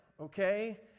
okay